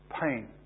pain